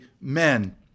men